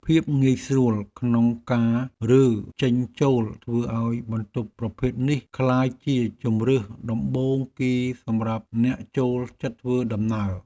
ភាពងាយស្រួលក្នុងការរើចេញចូលធ្វើឱ្យបន្ទប់ប្រភេទនេះក្លាយជាជម្រើសដំបូងគេសម្រាប់អ្នកចូលចិត្តធ្វើដំណើរ។